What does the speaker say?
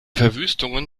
verwüstungen